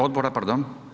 Odbora pardon.